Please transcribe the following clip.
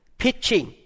pitching